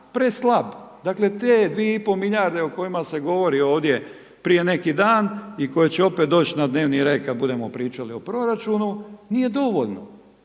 dakle te 2,5 milijarde o kojima se govori ovdje prije neki dan i koje će opet doći na dnevni red kad budemo pričali o proračunu, nije dovoljno.